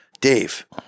Dave